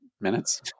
minutes